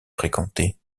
fréquentée